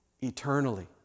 eternally